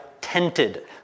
tented